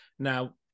Now